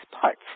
parts